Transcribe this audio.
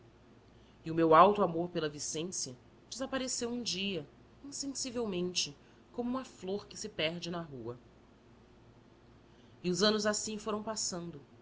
e o meu alto amor pela vicência desapareceu um dia insensivelmente como uma flor que se perde na rua e os anos assim foram passando